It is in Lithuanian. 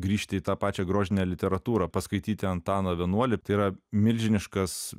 grįžti į tą pačią grožinę literatūrą paskaityti antaną vienuolį tai yra milžiniškas